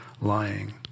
lying